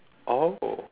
oh